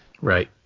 Right